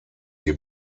die